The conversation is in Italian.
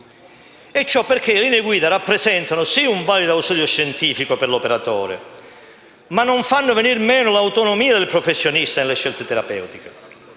Ciò perché le linee guida rappresentano sì un valido ausilio scientifico per l'operatore, ma non fanno venir meno l'autonomia del professionista nelle scelte terapeutiche.